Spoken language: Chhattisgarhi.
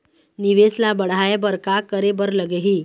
निवेश ला बढ़ाय बर का करे बर लगही?